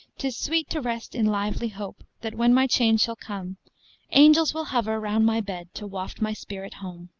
tis sweet to rest in lively hope that when my change shall come angels will hover round my bed, to waft my spirit home.